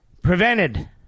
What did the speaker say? prevented